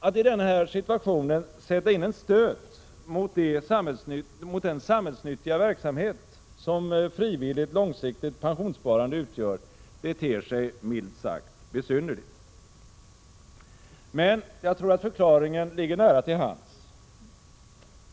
Att i denna situation sätta in en stöt mot den samhällsnyttiga verksamhet som frivilligt långsiktigt pensionssparande utgör ter sig milt sagt besynnerligt. Men jag tror att förklaringen ligger nära till hands.